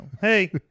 Hey